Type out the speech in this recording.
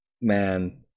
man